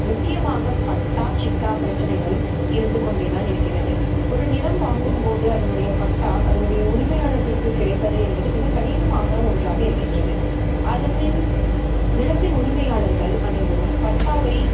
முக்கியமாக பட்டா சிட்டா பிரச்சனைகள் இருந்து கொண்டே தான் இருக்கிறது ஒரு நிலம் வாங்கும் போது அதனுடைய பட்டா அதனுடைய உரிமையாளர்களுக்கு கிடைப்பது என்பது மிக கடினமாக ஒன்றாக இருக்கின்றது அதன் நிலத்தின் உரிமையாளர்கள் அனைவரும் பட்டாவை